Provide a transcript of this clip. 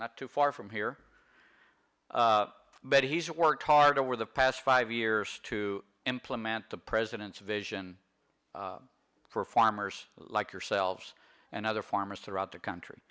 not too far from here but he's worked hard over the past five years to implement the president's vision for farmers like yourselves and other farmers throughout the country